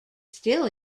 still